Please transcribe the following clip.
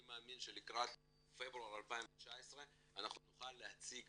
מאמין שלקראת פברואר 2019 אנחנו נוכל להציג